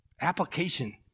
Application